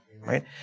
Right